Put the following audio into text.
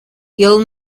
ele